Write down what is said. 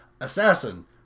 assassin